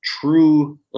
true